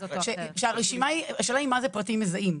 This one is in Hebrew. השאלה היא מה זה פרטים מזהים.